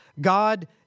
God